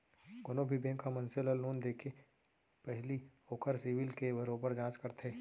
कोनो भी बेंक ह मनसे ल लोन देके पहिली ओखर सिविल के बरोबर जांच करथे